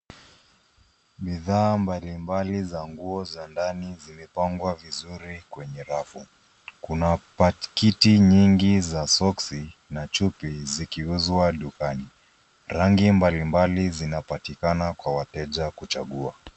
Bidhaa mbalimbali za nguo za ndani zimepangwa vizuri kwenye rafu. Kuna pakiti nyingi za soksi na chupi zikiuzwa dukani. Rangi mbalimbali zinapatikana Kwa wateja kuchagua.